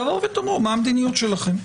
תבואו ותגידו מה המדיניות שלכם.